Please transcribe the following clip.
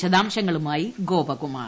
വിശദാംശങ്ങളുമായി ഗോപകുമാർ